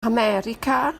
america